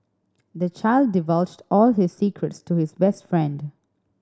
the child divulged all his secrets to his best friend